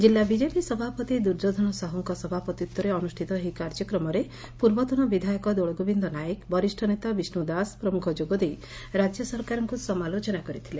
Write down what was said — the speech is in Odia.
ଜିଲ୍ଲା ବିଜେପି ସଭାପତି ଦୁର୍ଯ୍ୟାଧନ ସାହୁଙ୍କ ସଭାପତିତ୍ୱରେ ଅନୁଷ୍ଠିତ ଏହି କାର୍ଯ୍ୟକ୍ରମରେ ପୂର୍ବତନ ବିଧାୟକ ଦୋଳଗୋବିନ୍ଦ ନାୟକ ବରିଷ ନେତା ବିଷ୍ୟୁ ଦାସ ପ୍ରମୁଖ ଯୋଗଦେଇ ରାଜ୍ୟ ସରକାରଙ୍କୁ ସମାଲୋଚନା କରିଥିଲେ